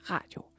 Radio